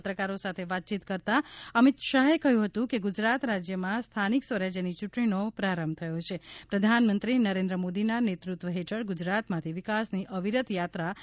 પત્રકારો સાથ વાતચીત કરતા અમીત શાહે કહયું હતું કે ગુજરાત રાજ્યમાં સ્થાનિક સ્વરાજ્યની ચુંટણીનો પ્રારંભ થયો છા પ્રધાનમંત્રી નરેન્દ્ર મોદીના નવ્વત્વ હેઠળ ગુજરાતમાંથી વિકાસની અવિરત યાત્રા ચાલુ થઇ હતી